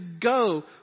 go